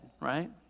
right